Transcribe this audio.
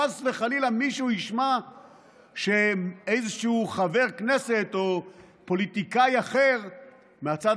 חס וחלילה מישהו ישמע שאיזשהו חבר כנסת או פוליטיקאי אחר מהצד